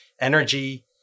energy